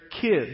kids